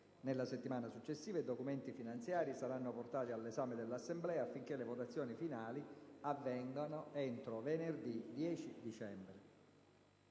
Nella settimana successiva i documenti finanziari saranno portati all'esame dell'Assemblea, affinché le votazioni finali avvengano entro venerdì 10 dicembre.